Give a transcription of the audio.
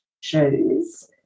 shoes